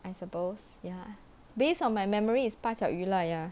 I suppose ya based on my memory is part 了 lah ya